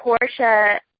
Portia